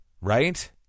right